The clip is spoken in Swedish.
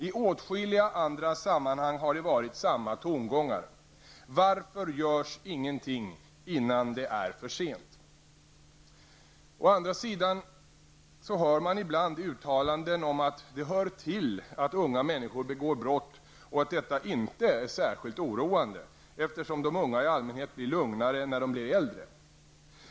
I åtskilliga andra sammanhang har det varit samma tongångar: Varför görs ingenting innan det är för sent? Å andra sidan hör man ibland uttalanden om att det ''hör till'' att unga människor begår brott och att detta inte är särskilt oroande, eftersom de unga i allmänhet blir lugnare när de blir äldre.